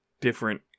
different